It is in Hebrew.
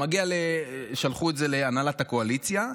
שלחו את זה להנהלת הקואליציה.